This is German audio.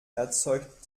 erzeugt